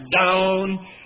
down